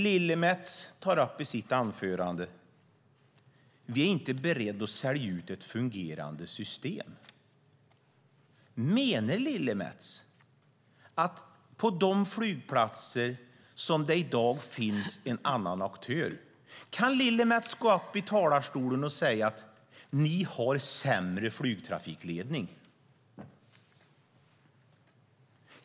Lillemets tog i sitt anförande upp att de inte är beredda att sälja ut ett fungerande system. Kan Lillemets gå upp i talarstolen och säga att det är sämre flygtrafikledning på de flygplatser där det i dag finns en annan aktör?